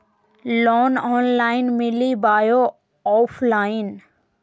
Loan online मिली बोया offline?